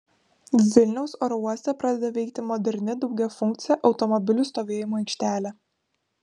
vilniaus oro uoste pradeda veikti moderni daugiafunkcė automobilių stovėjimo aikštelė